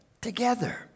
together